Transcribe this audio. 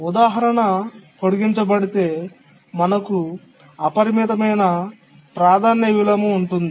ఈ ఉదాహరణ పొడిగించబడితే మనకు అపరిమితమైన ప్రాధాన్యత విలోమం ఉంటుంది